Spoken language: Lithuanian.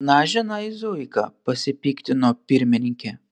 na žinai zuika pasipiktino pirmininkė